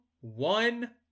one